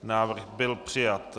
Návrh byl přijat.